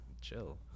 chill